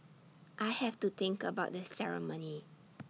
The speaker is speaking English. I have to think about the ceremony